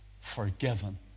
forgiven